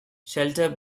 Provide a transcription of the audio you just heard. shelter